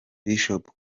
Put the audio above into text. bishop